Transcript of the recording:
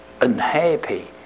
unhappy